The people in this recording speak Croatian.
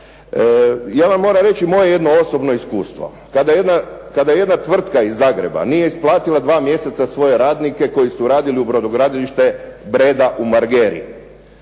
Ja vam moram reći jedno moje iskustvu. Kada je jedna tvrtka iz Zagreba nije isplatila dva mjeseca svoje radnike koji su radili u Brodogradilištu „Breda“ u Margeri